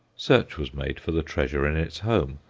search was made for the treasure in its home,